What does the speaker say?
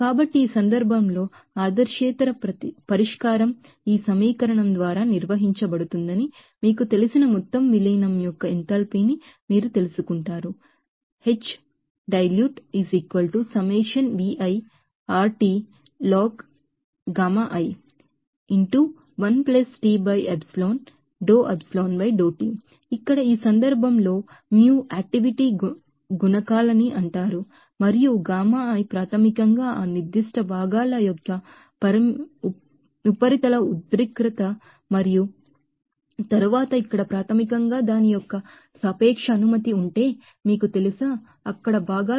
కాబట్టి ఆ సందర్భంలో ఆదర్శేతర పరిష్కారం ఈ సమీకరణం ద్వారా నిర్వచించబడుతుందని మీకు తెలిసిన టోటల్ డైల్యూషన్ యొక్క ఎంథాల్పీని మీరు తెలుసుకుంటారు ఇక్కడ ఈ సందర్భంలో ν యాక్టివిటీ కోఎఫిసిఎంట్స్ అంటారు మరియు γi ప్రాథమికంగా ఆ పర్టికులర్ కంపోనెంట్స్ యొక్క సర్ఫాస్ టెన్షన్ మరియు తరువాత ఇక్కడ ప్రాథమికంగా దాని యొక్క రిలాటివే పేర్మిట్టివిటీ ఉంటే అక్కడ భాగాలు